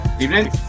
Evening